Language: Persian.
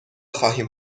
خواهیم